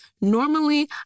Normally